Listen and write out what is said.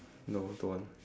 no don't want